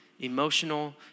emotional